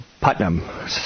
Putnam